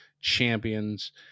champions